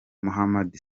mohamed